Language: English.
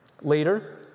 Later